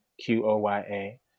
Q-O-Y-A